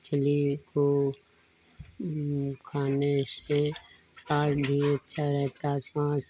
मछली को खाने से स्वास्थ्य भी अच्छा रहता सांस